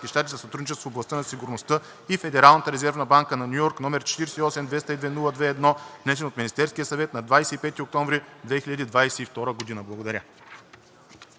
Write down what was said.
на САЩ за сътрудничество в областта на сигурността и Федералната резервна банка на Ню Йорк, № 48-202-02-1, внесен от Министерския съвет на 25 октомври 2022 г.“ Благодаря.